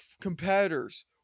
competitors